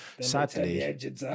sadly